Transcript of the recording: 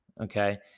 Okay